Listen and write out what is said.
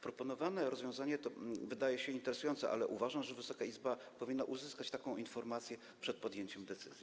Proponowane rozwiązanie wydaje się interesujące, ale uważam, że Wysoka Izba powinna uzyskać taką informację przed podjęciem decyzji.